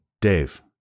Dave